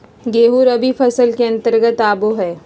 गेंहूँ रबी फसल के अंतर्गत आबो हय